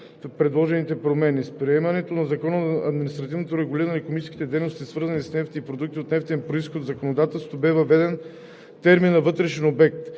до предложените промени. С приемането на Закона за административното регулиране на икономическите дейности, свързани с нефт и продукти от нефтен произход, в законодателството бе въведен терминът „вътрешен обект“